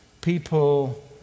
people